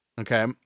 Okay